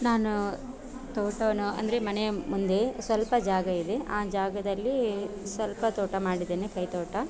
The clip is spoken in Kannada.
ನಾನು ತೋಟನ ಅಂದರೆ ಮನೆಯ ಮುಂದೆ ಸ್ವಲ್ಪ ಜಾಗ ಇದೆ ಆ ಜಾಗದಲ್ಲಿ ಸ್ವಲ್ಪ ತೋಟ ಮಾಡಿದ್ದೇನೆ ಕೈ ತೋಟ